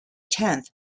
tenth